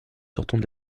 sortant